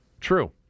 true